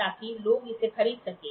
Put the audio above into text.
ताकि लोग इसे खरीद सकें